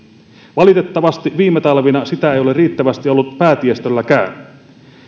valitettavasti viime talvina sitä ei ole riittävästi ollut päätiestölläkään